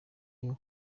n’iyo